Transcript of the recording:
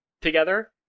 together